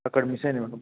అక్కడ మిస్ అయింది మేడం